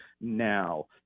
now